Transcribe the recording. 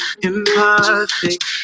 imperfect